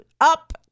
up